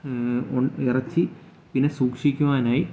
ഉ ഇറച്ചി ഈ സൂക്ഷിക്കുവാനായി